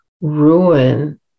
ruin